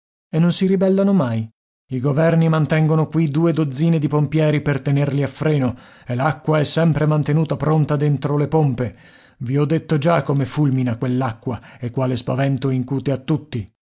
e non si ribellano mai i governi mantengono qui due dozzine di pompieri per tenerli a freno e l'acqua è sempre mantenuta pronta dentro le pompe i ho detto già come fulmina quell'acqua e quale spavento incute a tutti